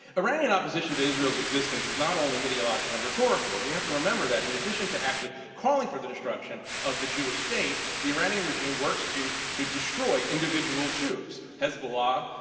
iranian opposition to israel's existence is not only ideological and rhetorical, we have to remember that in addition to actually calling for the destruction of the jewish state, the iranian regime works to to destroy individual jews. hezbollah,